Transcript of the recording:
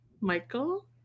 Michael